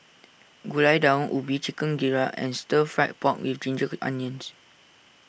Gulai Daun Ubi Chicken Gizzard and Stir Fried Pork with Ginger Onions